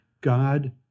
God